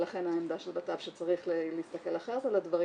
ולכן העמדה של בט"פ שצריך להסתכל אחרת על הדברים